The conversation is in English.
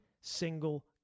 single